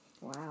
Wow